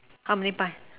how many pie